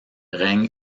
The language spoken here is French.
règne